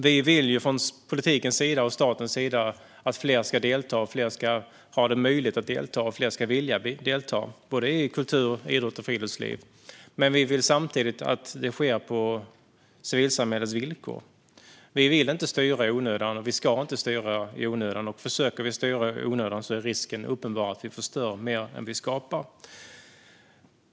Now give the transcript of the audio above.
Vi vill ju från politikens sida och från statens sida att fler ska delta, att fler ska ha möjlighet att delta och att fler ska vilja delta i kultur, idrott och friluftsliv, men vi vill samtidigt att det sker på civilsamhällets villkor. Vi vill inte styra i onödan, och vi ska inte styra i onödan. Om vi försöker att styra i onödan är risken uppenbar att vi förstör mer än vi skapar.